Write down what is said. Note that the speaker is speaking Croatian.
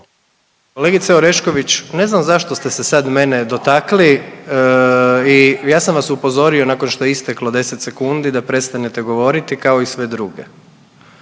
Kolegice Orešković, ne znam zašto ste se sad mene dotakli i ja sam vas upozorio nakon što je isteklo 10 sekundi da prestanete govoriti, kao i sve druge